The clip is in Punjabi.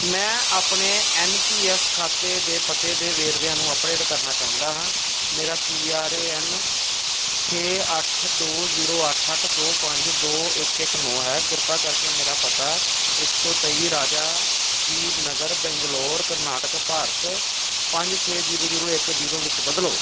ਮੈਂ ਆਪਣੇ ਐੱਨ ਪੀ ਐੱਸ ਖਾਤੇ ਦੇ ਪਤੇ ਦੇ ਵੇਰਵਿਆਂ ਨੂੰ ਅੱਪਡੇਟ ਕਰਨਾ ਚਾਹੁੰਦਾ ਹਾਂ ਮੇਰਾ ਪੀ ਆਰ ਏ ਐੱਨ ਛੇ ਅੱਠ ਦੋ ਜੀਰੋ ਅੱਠ ਅੱਠ ਦੋ ਪੰਜ ਦੋ ਇੱਕ ਇੱਕ ਨੌਂ ਹੈ ਕ੍ਰਿਪਾ ਕਰਕੇ ਮੇਰਾ ਪਤਾ ਇੱਕ ਸੌ ਤੇਈ ਰਾਜਾ ਜੀ ਨਗਰ ਬੰਗਲੌਰ ਕਰਨਾਟਕ ਭਾਰਤ ਪੰਜ ਛੇ ਜੀਰੋ ਜੀਰੋ ਇੱਕ ਜੀਰੋ ਵਿੱਚ ਬਦਲੋ